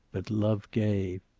but love gave.